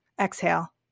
exhale